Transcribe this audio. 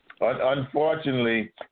unfortunately